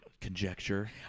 conjecture